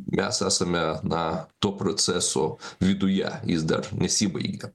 mes esame na to proceso viduje jis dar nesibaigė